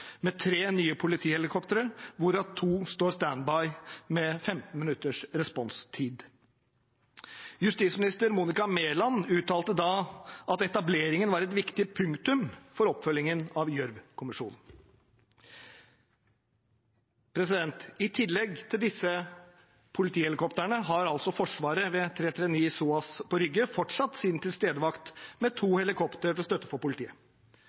tre nye politihelikoptre, hvorav to står stand by med 15 minutters responstid. Justisminister Monica Mæland uttalte da at etableringen var et viktig punktum for oppfølgingen av Gjørv-kommisjonen. I tillegg til disse politihelikoptrene har altså Forsvaret, ved 339 SOAS på Rygge, fortsatt sin tilstedevakt med to helikoptre til støtte for politiet